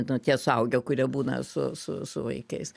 na tie suaugę kurie būna su su su vaikais